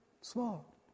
small